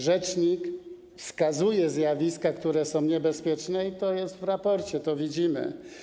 Rzecznik wskazuje zjawiska, które są niebezpieczne, i to jest w raporcie, to widzimy.